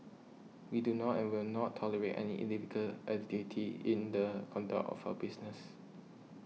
we do not and will not tolerate any illegal activity in the conduct of our business